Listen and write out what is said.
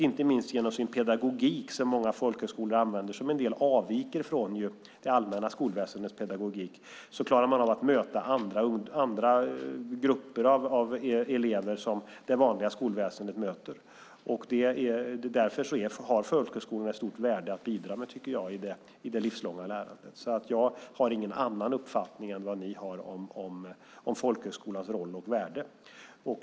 Inte minst genom den pedagogik som många folkhögskolor använder, som avviker en del från det allmänna skolväsendets pedagogik, klarar man av att möta andra grupper av elever som det vanliga skolväsendet möter. Därför har folkhögskolorna ett stort värde att bidra med, tycker jag, i det livslånga lärandet. Jag har alltså ingen annan uppfattning än vad ni har om folkhögskolans roll och värde.